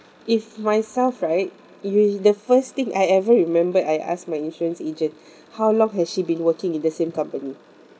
if myself right usua~ the first thing I ever remembered I asked my insurance agent how long has she been working in the same company